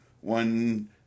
one